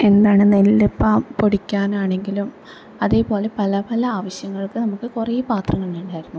എന്താണ് നെല്ല് ഇപ്പം പൊടിക്കാനാണെങ്കിലും അതേപോലെ പല പല ആവശ്യങ്ങൾക്ക് നമുക്ക് കുറെ പാത്രങ്ങള് ഉണ്ടായിരുന്നു